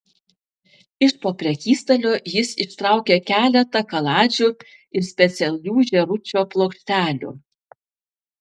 iš po prekystalio jis ištraukė keletą kaladžių ir specialių žėručio plokštelių